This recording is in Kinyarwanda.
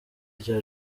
rya